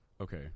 Okay